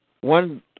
one